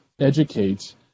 educate